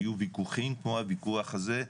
היו ויכוחים כמו הוויכוח הזה,